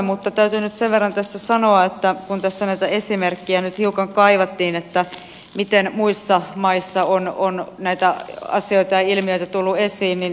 mutta täytyy nyt sen verran sanoa kun tässä hiukan kaivattiin näitä esimerkkejä miten muissa maissa on näitä asioita ja ilmiöitä tullut esiin